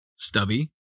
Stubby